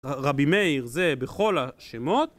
רבי מאיר זה בכל השמות